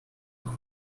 auch